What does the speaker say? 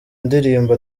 ndirimbo